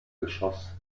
geschoss